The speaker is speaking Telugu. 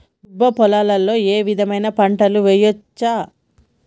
దుబ్బ పొలాల్లో ఏ విధమైన పంటలు వేయచ్చా?